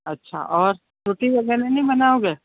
अच्छा और रोटी वग़ैरह नहीं बनाओगे